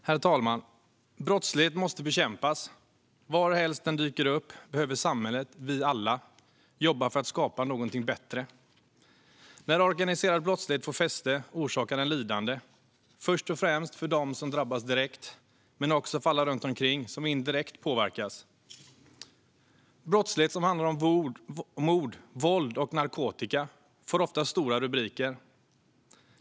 Herr talman! Brottslighet måste bekämpas. Varhelst den dyker upp behöver samhället, vi alla, jobba för att skapa något bättre. När organiserad brottslighet får fäste orsakar den lidande, först och främst för dem som drabbas direkt men också för alla runt omkring som påverkas indirekt. Brottslighet som handlar om mord, våld och narkotika får ofta stora rubriker.